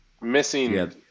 missing